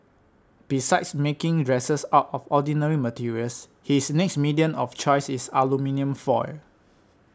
besides making dresses out of ordinary materials his next medium of choice is aluminium foil